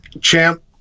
Champ